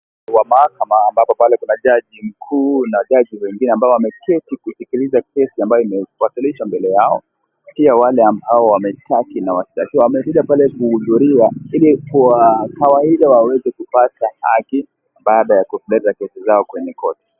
Kwa mahakama ambapo pale kwa jaji mkuu, na majaji wengine ambao wameketi wakisikiliza kesi ambao imewasilishwa mbele yao. Pia wale wameshtaki na washtakiwa wamekuja pale kuhudhuria hili waweze kupata haki baada ya kubeba kesi zao koti.